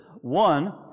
One